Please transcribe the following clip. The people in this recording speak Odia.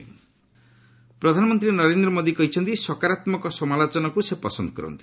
ପିଏମ୍ ମନୋରମା ପ୍ରଧାନମନ୍ତ୍ରୀ ନରେନ୍ଦ୍ର ମୋଦି କହିଛନ୍ତି ସକାରାତ୍ମକ ସମାଲୋଚନାକୁ ପସନ୍ଦ କରନ୍ତି